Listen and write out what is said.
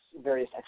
various